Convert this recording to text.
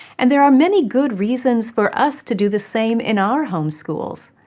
and there are many good reasons for us to do the same in our home schools.